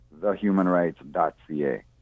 thehumanrights.ca